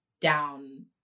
down